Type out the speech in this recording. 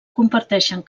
comparteixen